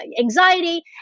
anxiety